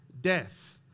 death